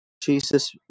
Jesus